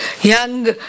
young